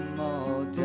more